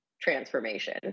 transformation